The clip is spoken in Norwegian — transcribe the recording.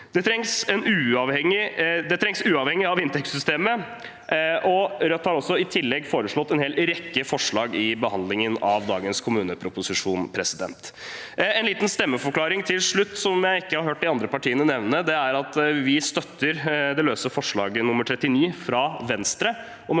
Det trengs uavhengig av inntektssystemet, og Rødt har også i tillegg kommet med en hel rekke forslag i behandlingen av dagens kommuneproposisjon. Til slutt har jeg en liten stemmeforklaring, noe jeg ikke har hørt de andre partiene nevne, og det er at vi støtter det løse forslaget nr. 39, fra Venstre.